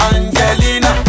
Angelina